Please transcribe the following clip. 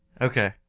Okay